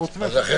הראשונה